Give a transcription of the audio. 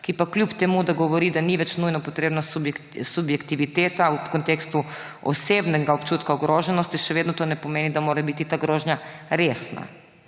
ki pa kljub temu da govori, da ni več nujno potrebna subjektiviteta v kontekstu osebna občutka ogroženosti, še vedno ne pomeni, da mora biti ta grožnja resna.